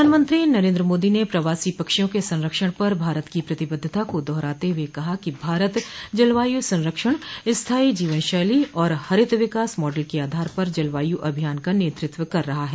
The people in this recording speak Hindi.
प्रधानमंत्री नरेन्द्र मोदी ने प्रवासी पक्षियों के संरक्षण पर भारत की प्रतिबद्धता को दोहराते हुए कहा कि भारत जलवायू संरक्षण स्थाई जीवन शैली और हरित विकास मॉडल के आधार पर जलवायु अभियान का नेतृत्व कर रहा है